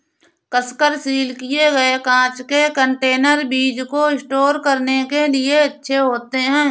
कसकर सील किए गए कांच के कंटेनर बीज को स्टोर करने के लिए अच्छे होते हैं